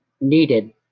needed